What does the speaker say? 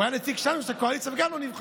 הוא היה נציג שלנו, של הקואליציה, וגם הוא נבחר.